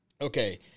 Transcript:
Okay